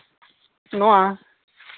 ᱱᱚᱣᱟ